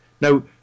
Now